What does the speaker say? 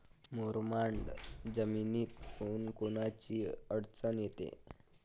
मुरमाड जमीनीत कोनकोनची अडचन येते?